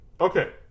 Okay